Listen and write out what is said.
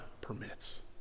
permits